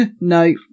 no